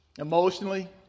Emotionally